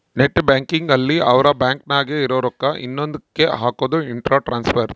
net banking ಅಲ್ಲಿ ಅವ್ರ bank ನಾಗೇ ಇರೊ ರೊಕ್ಕ ಇನ್ನೊಂದ ಕ್ಕೆ ಹಕೋದು ಇಂಟ್ರ ಟ್ರಾನ್ಸ್ಫರ್